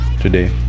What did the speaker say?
today